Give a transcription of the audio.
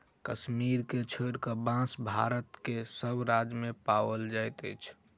कश्मीर के छोइड़ क, बांस भारत के सभ राज्य मे पाओल जाइत अछि